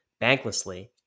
banklessly